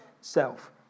self